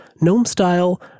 GNOME-style